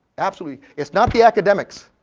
absolutely, it's not the academics.